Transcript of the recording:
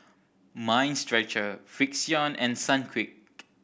Mind Stretcher Frixion and Sunquick